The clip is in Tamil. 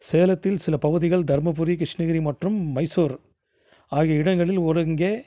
சேலத்தில் சில பகுதிகள் தருமபுரி கிருஷ்ணகிரி மற்றும் மைசூர் ஆகிய இடங்களில் ஒருங்கே